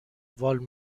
وال